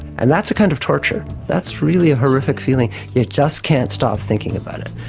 and that's a kind of torture. that's really a horrific feeling. you just can't stop thinking about it,